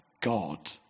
God